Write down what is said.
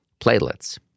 Platelets